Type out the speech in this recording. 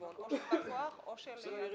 חשבון או של בא כוח או של --- הבנקים,